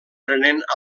prenent